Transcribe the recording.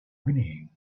whinnying